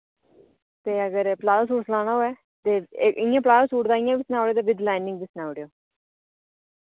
ते अगर palazzo suit सलाना होऐ ते इ'यां प्लाजो सूट दा इ'यां बी सना उड़ेओ ते विद लाइनिंग बी सना उड़ेओ